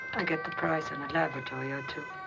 i'll get the price on a laboratory or two,